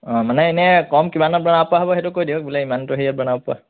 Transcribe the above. অ মানে ইনে কম কিমানত বনাব পৰা হ'ব সেইটো কৈ দিয়ক বোলে ইমানটো হেৰিয়ত বনাব পৰা